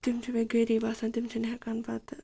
تِم چھِ بیٚیہِ غریٖب آسان تِم چھِنہٕ ہیٚکان پَتہٕ